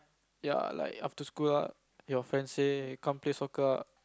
ya like after school lah your friend say come play soccer ah